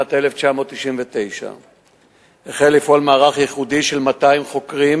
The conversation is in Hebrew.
שנת 1999 החל לפעול מערך ייחודי של 200 חוקרים,